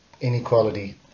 inequality